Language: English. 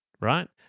right